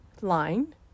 line